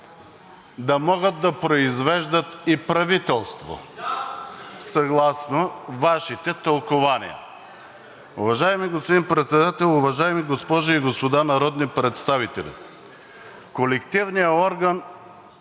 да могат да произвеждат и правителство съгласно Вашите тълкувания. Уважаеми господин Председател, уважаеми госпожи и господа народни представители! Колективният орган